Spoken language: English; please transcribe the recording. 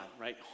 right